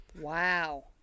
Wow